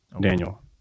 Daniel